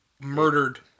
murdered